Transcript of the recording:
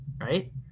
right